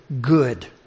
good